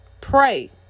Pray